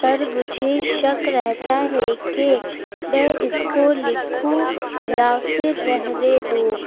پر مجھے شک رہتا ہے کہ میں اس کو لکھوں یا پھر رہنے دوں